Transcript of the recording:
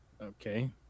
Okay